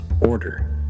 order